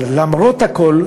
אבל למרות הכול,